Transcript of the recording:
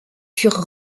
furent